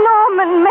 Norman